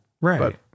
Right